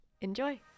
Enjoy